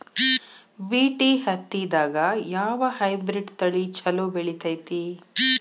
BT ಹತ್ತಿದಾಗ ಯಾವ hybrid ತಳಿ ಛಲೋ ಬೆಳಿತೈತಿ?